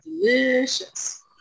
delicious